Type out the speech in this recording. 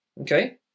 okay